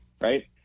right